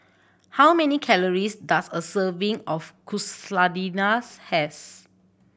how many calories does a serving of Quesadillas has